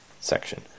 section